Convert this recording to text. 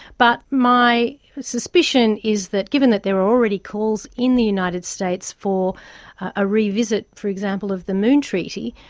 but my suspicion is that given that there are already calls in the united states for a revisit, for example, of the moon treaty,